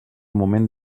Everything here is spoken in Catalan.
moment